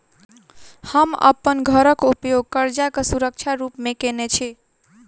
हम अप्पन घरक उपयोग करजाक सुरक्षा रूप मेँ केने छी